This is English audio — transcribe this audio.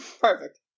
Perfect